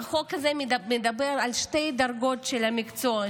החוק הזה מדבר על שתי דרגות של המקצוע,